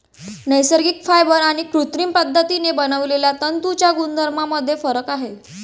नैसर्गिक फायबर आणि कृत्रिम पद्धतीने बनवलेल्या तंतूंच्या गुणधर्मांमध्ये फरक आहे